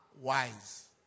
wise